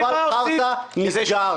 מפעל חרסה נסגר.